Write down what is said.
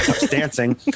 dancing